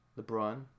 LeBron